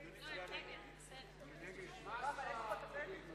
171 והוראת שעה), התשס"ט 2009,